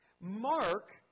Mark